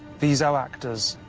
these our actors,